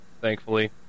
thankfully